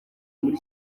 muri